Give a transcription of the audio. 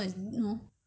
ah yes